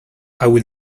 i’ll